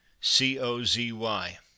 C-O-Z-Y